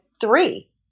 three